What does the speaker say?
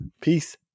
peace